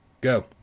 Go